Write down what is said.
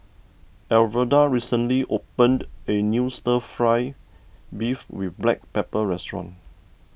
Alverda recently opened a new Stir Fry Beef with Black Pepper restaurant